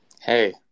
hey